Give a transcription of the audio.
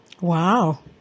Wow